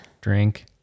drink